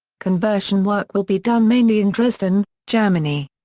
conversion work will be done mainly in dresden, germany.